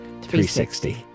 360